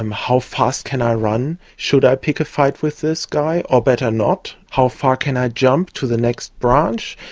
um how fast can i run? should i pick a fight with this guy? or better not? how far can i jump to the next branch?